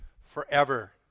forever